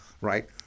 right